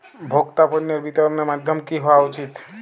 ভোক্তা পণ্যের বিতরণের মাধ্যম কী হওয়া উচিৎ?